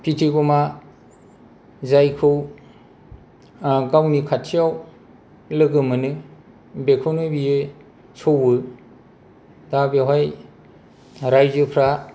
फिथिगमा जायखौ गावनि खाथियाव लोगो मोनो बेखौनो बियो सौवो दा बेयावहाय रायजोफ्रा